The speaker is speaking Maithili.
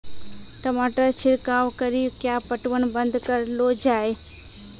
टमाटर छिड़काव कड़ी क्या पटवन बंद करऽ लो जाए?